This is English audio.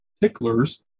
ticklers